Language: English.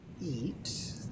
eat